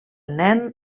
nen